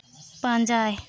ᱯᱟᱸᱡᱟᱭ